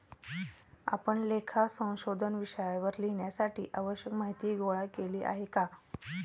आपण लेखा संशोधन विषयावर लिहिण्यासाठी आवश्यक माहीती गोळा केली आहे का?